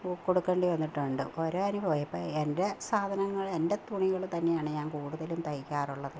കൊടുക്കേണ്ടി വന്നിട്ടുണ്ട് ഒരനുഭവമായി ഇപ്പോൾ എന്റെ സാധനങ്ങൾ എന്റെ തുണികൾ തന്നെയാണ് ഞാന് കൂടുതലും തയ്ക്കാറുള്ളത്